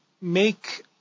make